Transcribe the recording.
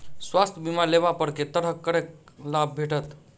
स्वास्थ्य बीमा लेबा पर केँ तरहक करके लाभ भेटत?